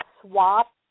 swap